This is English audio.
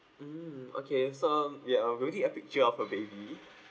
mm okay so um do you have um will you get a picture of the baby